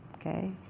okay